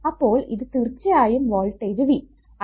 അപ്പോൾ ഇത് തീർച്ചയായും വോൾടേജ് V